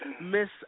Miss